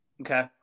Okay